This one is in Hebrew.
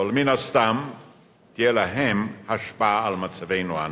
אבל מן הסתם תהיה להם השפעה על מצבנו אנו.